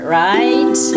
right